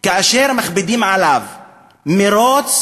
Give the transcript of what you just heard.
כאשר מכבידים עליו מירוץ,